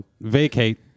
vacate